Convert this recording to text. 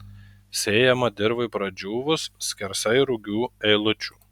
sėjama dirvai pradžiūvus skersai rugių eilučių